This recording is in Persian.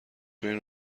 تواین